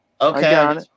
okay